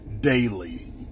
daily